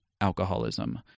alcoholism